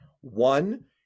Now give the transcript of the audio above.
One